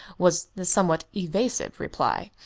was the somewhat evasive reply.